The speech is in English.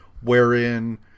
wherein